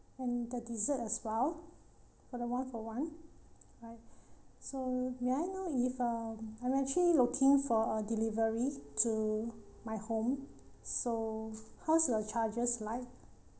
and the dessert as well for the one-for-one right so may I know if uh I'm actually looking for uh delivery to my home so how's your charges like